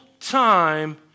time